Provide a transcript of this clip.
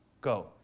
Go